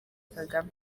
kagame